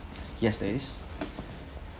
yes there is